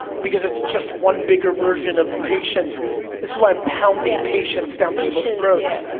because it's just one bigger version of patience, this is why i'm pounding patience down people's throats.